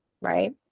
right